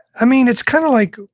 i mean it's kind of like,